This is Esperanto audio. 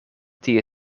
tie